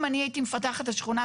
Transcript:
אם אני הייתי מפתחת את השכונה,